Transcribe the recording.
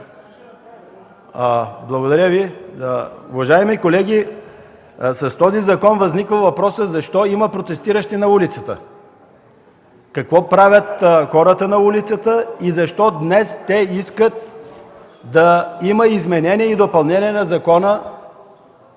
думи. Уважаеми колеги, с този закон възниква въпросът защо има протестиращи на улицата, какво правят хората на улицата и защо днес те искат да има изменение и допълнение на Закона